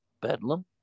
Bedlam